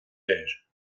léir